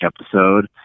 episode